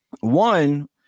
One